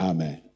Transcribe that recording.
Amen